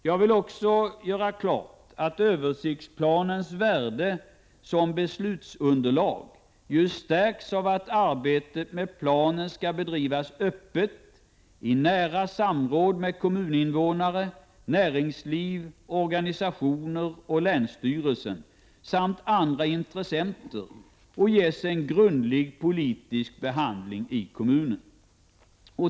Jag vill också göra klart att översiktsplanens värde som beslutsunderlag stärks av att arbetet med planen skall bedrivas öppet och i nära samråd med kommuninvånare, näringsliv, organisationer och länsstyrelsen samt andra intressenter och ges en grundlig politisk behandling i kommunen.